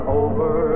over